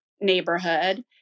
neighborhood